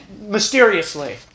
mysteriously